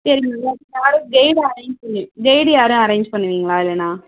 சரி மேம் யாரும் guide arrange பண்ணு கைய்டு யாரா அரேஞ்ச் பண்ணுவிங்களா இல்லைனா